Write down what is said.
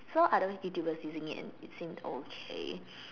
so I always see Youtubers using it and it seemed okay